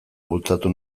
bultzatu